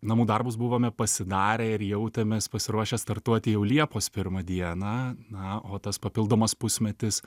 namų darbus buvome pasidarę ir jautėmės pasiruošę startuoti jau liepos pirmą dieną na o tas papildomas pusmetis